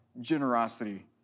generosity